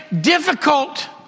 difficult